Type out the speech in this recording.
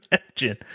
imagine